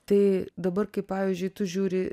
tai dabar kai pavyzdžiui tu žiūri